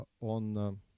on